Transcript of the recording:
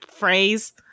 phrase